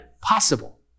possible